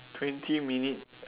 twenty minute